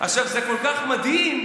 זה כל כך מדהים.